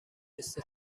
لیست